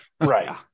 Right